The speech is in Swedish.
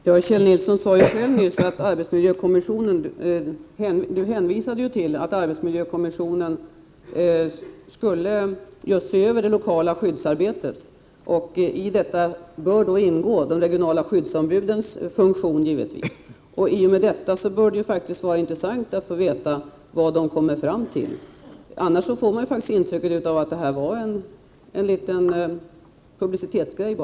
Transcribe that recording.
Fru talman! Kjell Nilsson hänvisade själv nyss till att arbetsmiljökommissionen skulle se över det lokala skyddsarbetet. Och i detta bör då de regionala skyddsombudens funktion ingå. I och med detta bör det faktiskt vara intressant att få veta vad den kommer fram till. Om deras funktion inte skall ses över, får man intrycket av att det här bara var en liten publicitetsfråga.